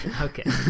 okay